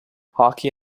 hockey